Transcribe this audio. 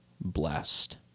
blessed